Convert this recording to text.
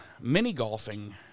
mini-golfing